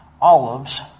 olives